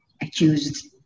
accused